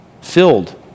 filled